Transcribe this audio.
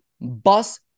bus